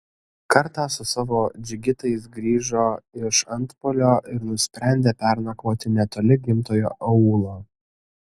kartą su savo džigitais grįžo iš antpuolio ir nusprendė pernakvoti netoli gimtojo aūlo